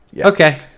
Okay